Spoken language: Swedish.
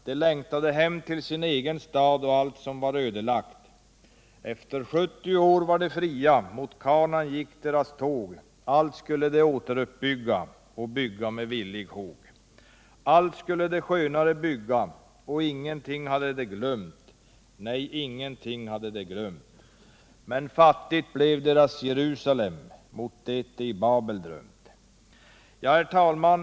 De längtade hem till sin egen stad och allt som var ödelagt. Efter sjuttio år var de fria mot Kanaan gick deras tåg. Allt skulle de återuppbygga och bygga med villig håg. Allt skulle de skönare bygga och ingenting hade de glömt, nej ingenting hade de glömt. Men fattigt blev deras Jerusalem Mot det de i Babel drömt. Herr talman!